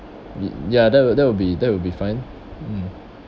ya that will that will be that will be fine mm